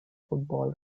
football